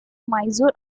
mysore